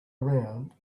around